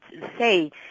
say